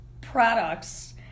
products